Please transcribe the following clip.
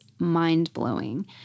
Mind-blowing